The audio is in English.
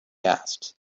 asked